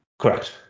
Correct